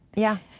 yeah.